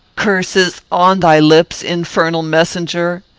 curses on thy lips, infernal messenger!